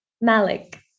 Malik